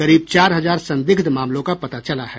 करीब चार हजार संदिग्ध मामलों का पता चला है